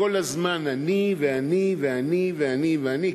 וכל הזמן "אני" ו"אני" ו"אני" ו"אני" ו"אני",